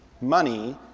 money